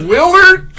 Willard